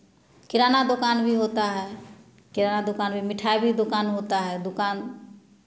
किराना दुकान भी होता है किराना दुकान भी मिठाई दुकान भी होता है दुकान